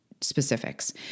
specifics